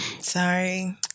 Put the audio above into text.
Sorry